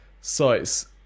sites